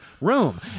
room